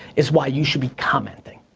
is why you should be commenting.